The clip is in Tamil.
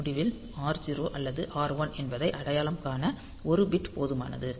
முடிவில் r0 அல்லது r1 என்பதை அடையாளம் காண 1 பிட் போதுமானது